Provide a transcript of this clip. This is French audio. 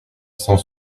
cent